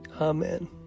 Amen